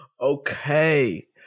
Okay